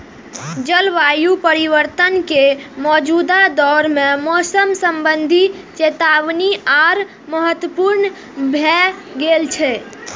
जलवायु परिवर्तन के मौजूदा दौर मे मौसम संबंधी चेतावनी आर महत्वपूर्ण भए गेल छै